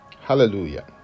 Hallelujah